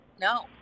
no